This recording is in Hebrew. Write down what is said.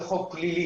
זה חוק פלילי.